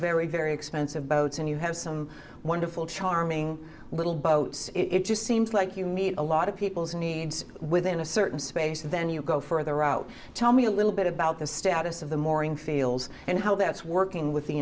very very expensive boats and you have some wonderful charming little boats it just seems like you meet a lot of people's needs within a certain space then you go further out tell me a little bit about the status of the moring fails and how that's working with the